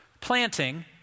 planting